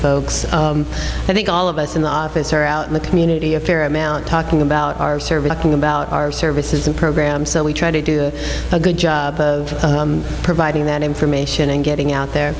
folks i think all of us in the office are out in the community a fair amount talking about our service a king about our services and programs so we try to do a good job of providing that information and getting out there